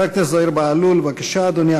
חבר הכנסת זוהיר בהלול, בבקשה, אדוני.